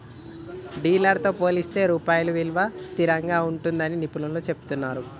dollar తో పోలిస్తే రూపాయి విలువ స్థిరంగా ఉంటుందని నిపుణులు చెబుతున్నరు